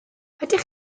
ydych